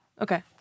Okay